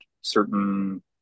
certain